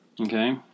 Okay